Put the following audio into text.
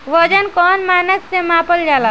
वजन कौन मानक से मापल जाला?